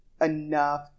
enough